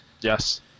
Yes